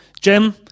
Jim